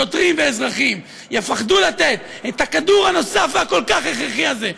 שוטרים ואזרחים יפחדו לתת את הכדור הנוסף והכל-כך הכרחי הזה,